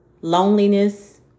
loneliness